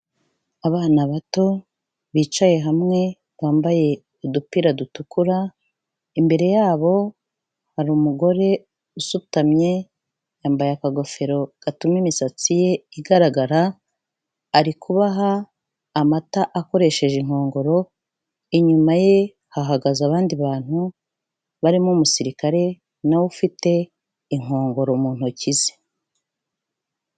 Abana bato bicaye hamwe, bambaye udupira dutukura, imbere yabo hari umugore usutamye, yambaye akagofero gatuma imisatsi ye igaragara, ari kubaha amata akoresheje inkongoro, inyuma ye hahagaze abandi bantu, barimo umusirikare na we ufite inkongoro mu ntoki ze.